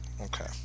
Okay